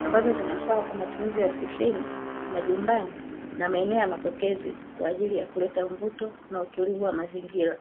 ambazo zinafaa kwa matumizi ya ofisini, majumbani na maeneo ya mapokezi kwa ajili ya kuleta mmvuto na utulivu wa mazingira.